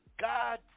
God